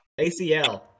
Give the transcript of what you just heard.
ACL